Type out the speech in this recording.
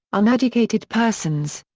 uneducated persons.